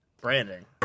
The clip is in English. Branding